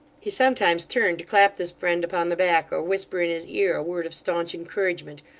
he sometimes turned to clap this friend upon the back, or whisper in his ear a word of staunch encouragement,